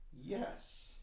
Yes